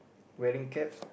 wearing cap